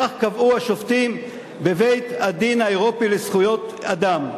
כך קבעו השופטים בבית-הדין האירופי לזכויות האדם.